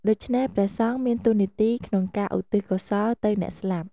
ដូច្នេះព្រះសង្ឃមានតួនាទីក្នុងការឧទ្ទិសកុសលទៅអ្នកស្លាប់។